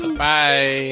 Bye